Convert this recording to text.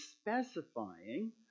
specifying